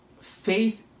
Faith